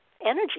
energy